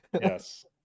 Yes